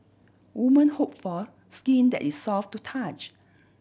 women hope for skin that is soft to touch